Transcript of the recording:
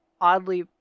oddly